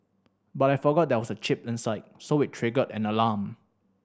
but I forgot there was a chip inside so it triggered an alarm